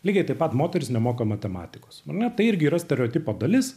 lygiai taip pat moterys nemoka matematikos ar ne tai irgi yra stereotipo dalis